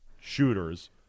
shooters